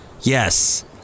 Yes